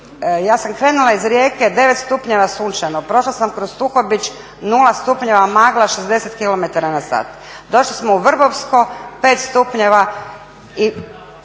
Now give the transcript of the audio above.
Ja sam krenula iz Rijeke, 9 stupnjeva i sunčano, prošla sam kroz Tuhobić 0 stupnjeva, magla, 60 km na sat. Došli smo u Vrbovsko, 5 stupnjeva i